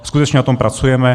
Skutečně na tom pracujeme.